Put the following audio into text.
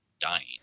dying